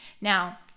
Now